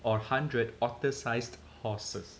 or a hundred otter-sized horses